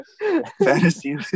Fantasy